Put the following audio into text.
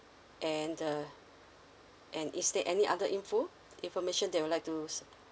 and uh and is there any other info~ information that you would like to